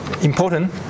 important